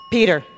Peter